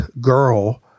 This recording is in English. girl